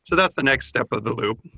so that's the next step of the loop,